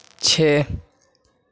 छै